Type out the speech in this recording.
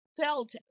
felt